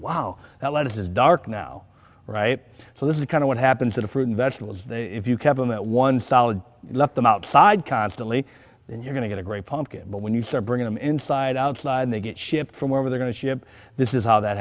wow that lettuce is dark now right so this is kind of what happens to the fruit and vegetables if you kept on that one solid let them outside constantly and you're going to get a great pumpkin but when you start bringing them inside outside they get shipped from wherever they're going to ship this is how that